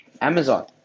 Amazon